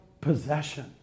possession